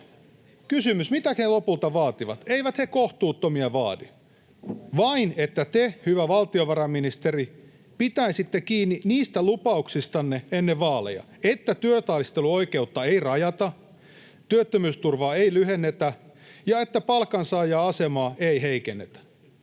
Kysymys: mitä he lopulta vaativat? Eivät he kohtuuttomia vaadi, vain sitä, että te, hyvä valtiovarainministeri, pitäisitte kiinni niistä lupauksistanne ennen vaaleja, että työtaisteluoikeutta ei rajata, työttömyysturvaa ei lyhennetä ja että palkansaajan asemaa ei heikennetä,